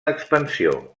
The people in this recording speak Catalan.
expansió